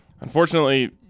unfortunately –